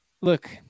look